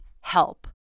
Help